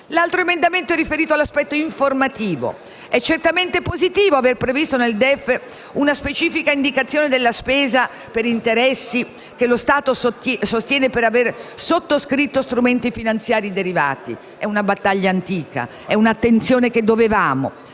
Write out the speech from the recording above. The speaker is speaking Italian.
L'altro emendamento è riferito all'aspetto informativo. È certamente positivo aver previsto nel DEF una specifica indicazione della spesa per interessi che lo Stato sostiene per aver sottoscritto strumenti finanziari derivati - è una battaglia antica, un'attenzione che era